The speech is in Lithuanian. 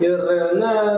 ir na